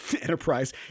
Enterprise